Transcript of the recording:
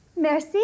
Merci